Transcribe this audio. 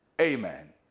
amen